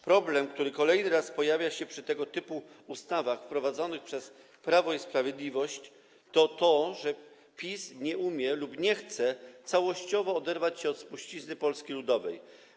Problem, który kolejny raz pojawia się przy tego typu ustawach wprowadzanych przez Prawo i Sprawiedliwość, jest taki, że PiS nie umie lub nie chce całościowo oderwać się od spuścizny Polski Ludowej.